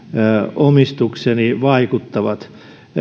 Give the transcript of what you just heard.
omistukseni vaikuttavat